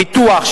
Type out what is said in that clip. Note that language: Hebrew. ביטוח,